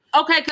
Okay